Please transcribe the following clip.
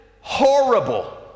horrible